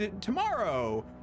tomorrow